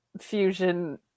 Fusion